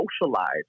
socialize